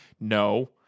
No